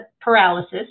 paralysis